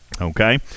Okay